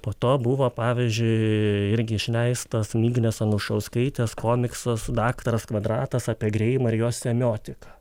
po to buvo pavyzdžiui irgi išleistas miglės anušauskaitės komiksas daktaras kvadratas apie greimą ir jo semiotiką